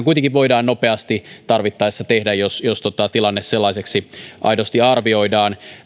kuitenkin voidaan nopeasti tarvittaessa tehdä jos jos tilanne sellaiseksi aidosti arvioidaan